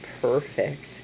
perfect